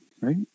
right